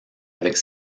avec